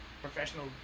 professional